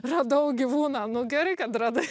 radau gyvūną nu gerai kad radai